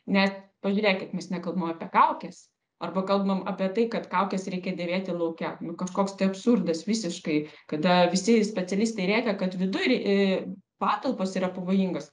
nes pažiūrėkit mes nekalbam apie kaukes arba kalbam apie tai kad kaukes reikia dėvėti lauke kažkoks absurdas visiškai kada visi specialistai rėkia kad viduj e patalpos yra pavojingos